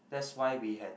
that's why we have